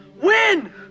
Win